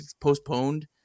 postponed